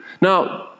Now